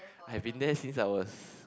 I have been there since I was